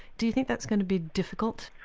do you think that's going to be difficult?